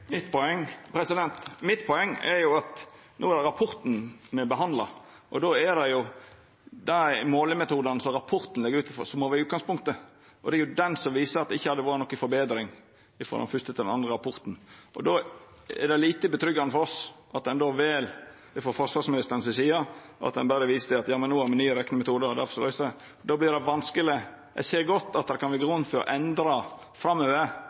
Mitt poeng er jo at det no er rapporten me behandlar, og då er det dei målemetodane som rapporten går ut frå, som må vera utgangspunktet. Rapporten viser at det ikkje har vore noka betring frå den fyrste til den andre rapporten. Då er det ikkje tilfredsstillande for oss at forsvarsministeren vel å visa til at no har me nye reknemetodar, og difor er det løyst. Då vert det vanskeleg. Eg ser godt at det framover kan vera grunn til å endra